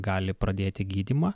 gali pradėti gydymą